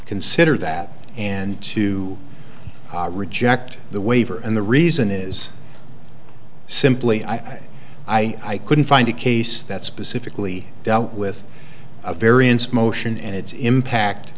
consider that and to reject the waiver and the reason is simply i say i couldn't find a case that specifically dealt with a variance motion and its impact